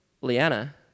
Leanna